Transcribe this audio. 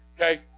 okay